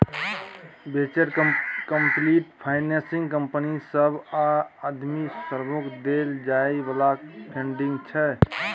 venture capital financing company सभ आ उद्यमी सबकेँ देल जाइ बला फंडिंग छै